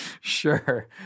Sure